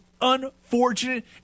unfortunate